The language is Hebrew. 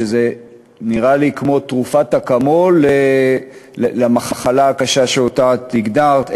וזה נראה לי כמו תרופת אקמול למחלה הקשה שאותה את הגדרת,